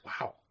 Wow